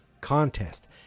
contest